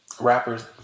rappers